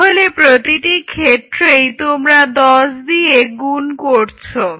তাহলে প্রতিটি ক্ষেত্রেই তোমরা 10 দিয়ে গুন করছো